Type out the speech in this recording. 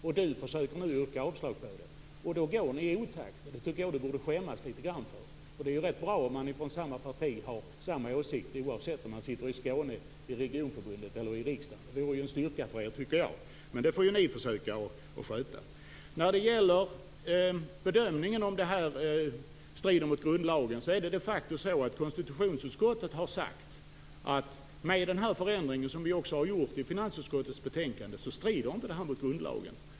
Det är ju för sent nu att yrka avslag. Då går ni i otakt, och det tycker jag att ni borde skämmas litet grand för. Det är rätt bra om man i samma parti har samma åsikter, oavsett om det gäller Skåne, regionförbundet eller riksdagen. Det vore en styrka för er, men det få ju ni försöka att sköta. Beträffande bedömningen av om det här strider mot grundlagen har konstitutionsutskottet sagt att med den förändring som vi har gjort i finansutskottets betänkande strider det inte mot grundlagen.